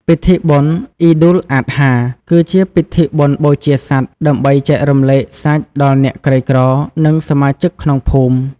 ពិធីបុណ្យ "អ៊ីដុលអាដហា" (Eid al-Adha) គឺជាពិធីបុណ្យបូជាសត្វ ដើម្បីចែករំលែកសាច់ដល់អ្នកក្រីក្រ និងសមាជិកក្នុងភូមិ។